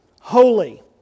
holy